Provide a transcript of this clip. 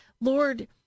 Lord